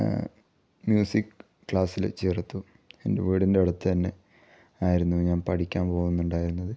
music ക്ലാസ്സിൽ ചേർത്തു എൻ്റെ വീടിൻ്റെ ആടുത്തുതന്നെ ആയിരുന്നു ഞാൻ പഠിക്കാൻ പോകുന്നുണ്ടായിരുന്നത്